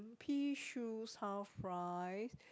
P shoes half price